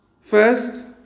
first